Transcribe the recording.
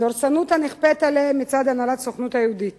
הדורסנות הנכפית עליהם מצד הנהלת הסוכנות היהודית